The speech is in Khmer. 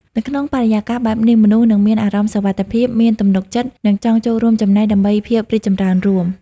នៅក្នុងបរិយាកាសបែបនេះ មនុស្សនឹងមានអារម្មណ៍សុវត្ថិភាព មានទំនុកចិត្ត និងចង់ចូលរួមចំណែកដើម្បីភាពរីកចម្រើនរួម។